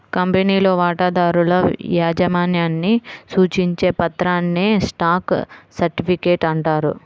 కంపెనీలో వాటాదారుల యాజమాన్యాన్ని సూచించే పత్రాన్నే స్టాక్ సర్టిఫికేట్ అంటారు